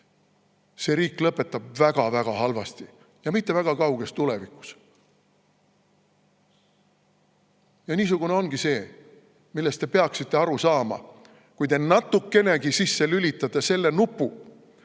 see riik lõpetab väga-väga halvasti ja seda mitte väga kauges tulevikus. See ongi see, millest te peaksite aru saama, kui te natukenegi sisse [vajutaksite] selle nupu,